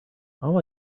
all